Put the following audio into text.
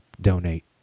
donate